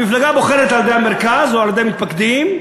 המפלגה בוחרת על-ידי המרכז או על-ידי מתפקדים,